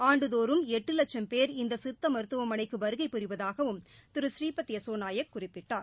ஆண்டுதோறும் எட்டு லட்சும் பேர் இந்த சித்த மருத்துவமனைக்கு வருகை புரிவதாகவும் திரு ஸ்ரீபத் யசோ நாயக் குறிப்பிட்டார்